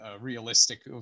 realistic